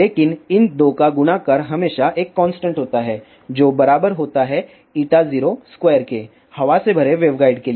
लेकिन इन 2 का गुणाकर हमेशा एक कांस्टेंट होता है जो बराबर होता है 02 के हवा से भरे वेवगाइड के लिए